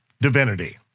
divinity